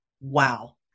Wow